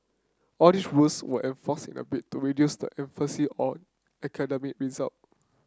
all these rules were enforced in a bid to reduce the emphasis on academic result